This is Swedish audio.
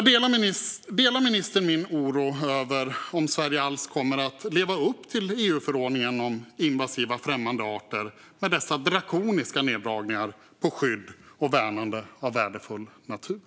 Delar ministern min oro och undran över om Sverige alls kommer att leva upp till EU-förordningen om invasiva främmande arter med dessa drakoniska neddragningar på skydd och värnande av värdefull natur?